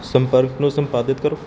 ਸੰਪਰਕ ਨੂੰ ਸੰਪਾਦਿਤ ਕਰੋ